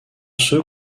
ceux